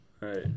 Right